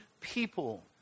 people